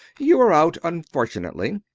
you were out, unfortunately.